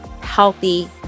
healthy